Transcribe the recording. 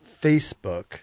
Facebook